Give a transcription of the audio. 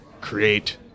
create